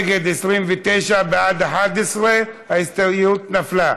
נגד, 29, בעד, 11, ההסתייגות נפלה.